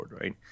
right